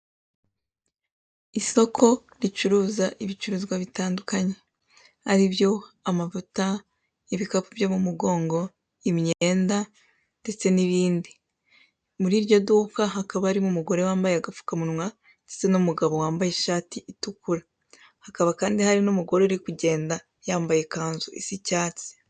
Isoko ricuza ibicuruzwa bitandukanye aribyo amavuta, ibikapu byo mu mugongo, imyenda ndetse n'ibindi. Muri iryo duka hakaba harimo umugabo wambaye agapfukamunwa ndetse n'umugabo wambaye ishati itukura hakaba kandi hari n'umugore uri kugenda yambaye ikanzu isa icyatsi.